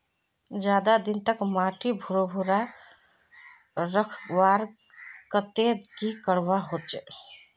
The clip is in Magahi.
ज्यादा दिन तक माटी भुर्भुरा रखवार केते की करवा होचए?